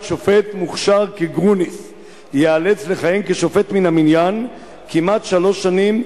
שופט מוכשר כגרוניס ייאלץ לכהן כשופט מן המניין כמעט שלוש שנים,